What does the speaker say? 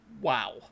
Wow